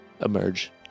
emerge